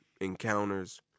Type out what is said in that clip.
encounters